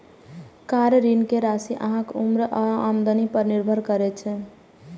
car ऋण के राशि अहांक उम्र आ आमदनी पर निर्भर करै छै